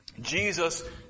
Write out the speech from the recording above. Jesus